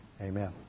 Amen